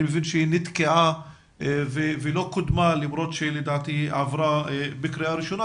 אני מבין שהיא נתקעה ולא קודמה למרות שלדעתי עברה בקריעה ראשונה,